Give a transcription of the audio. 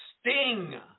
sting